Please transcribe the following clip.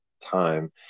time